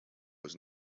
was